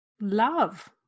love